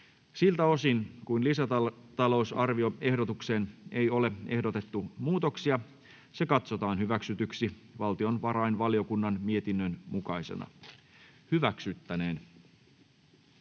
Siltä osin kuin lisäta-lousarvioehdotukseen ei ole ehdotettu muutoksia, se katsotaan hyväksytyksi valtiovarainvaliokunnan mietinnön mukaisena. ===